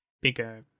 bigger